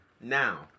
Now